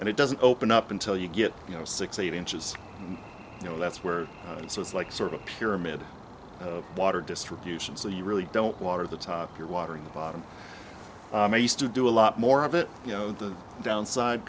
and it doesn't open up until you get you know six eight inches you know that's where it is so it's like sort of a pyramid water distribution so you really don't water the top you're watering the bottom used to do a lot more of it you know the downside